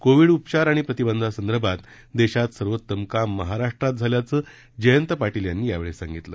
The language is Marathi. कोविड उपचार आणि प्रतिबंधासंदर्भात देशात सर्वोत्तम काम महाराष्ट्रात झाल्याचं जयंत पाटील यांनी यावेळी सांगितलं